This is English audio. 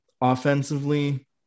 offensively –